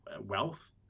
wealth